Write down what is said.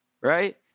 right